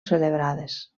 celebrades